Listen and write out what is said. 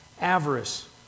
Avarice